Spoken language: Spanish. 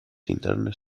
internas